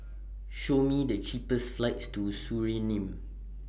Show Me The cheapest flights to Suriname